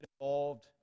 involved